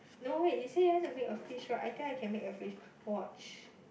no way you said you want to make a fish right I think I can make a fish watch